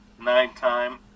nighttime